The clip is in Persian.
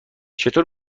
چطور